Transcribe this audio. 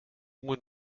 moet